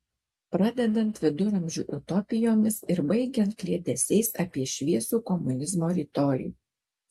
pradedant viduramžių utopijomis ir baigiant kliedesiais apie šviesų komunizmo rytojų